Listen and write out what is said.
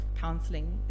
counseling